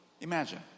Imagine